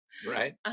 right